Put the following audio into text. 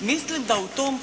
Mislim da u tom